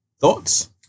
Thoughts